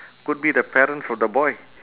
could be the parents of the boy